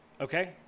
Okay